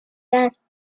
las